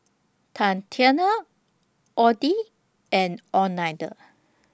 Tatianna Oddie and Oneida